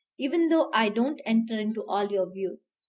even though i don't enter into all your views.